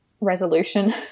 resolution